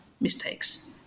mistakes